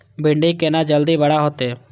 भिंडी केना जल्दी बड़ा होते?